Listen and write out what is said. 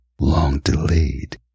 long-delayed